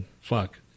fuck